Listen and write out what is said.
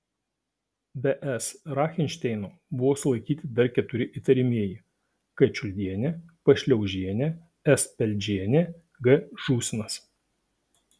be s rachinšteino buvo sulaikyti dar keturi įtariamieji k čiuldienė p šliaužienė s peldžienė g žūsinas